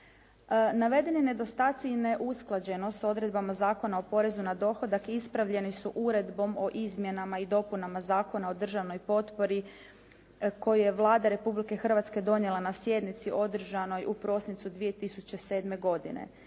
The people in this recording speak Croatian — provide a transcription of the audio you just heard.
Navedeni nedostaci i neusklađenost s odredbama Zakona o porezu na dohodak ispravljeni su Uredbom o izmjenama i dopunama Zakona o državnoj potpori koju je Vlada Republike Hrvatske donijela na sjednici održanoj u prosincu 2007. godine.